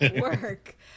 work